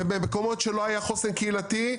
ובמקומות שלא היה חוסן קהילתי,